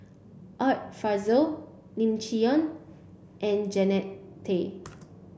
Art Fazil Lim Chee Onn and Jannie Tay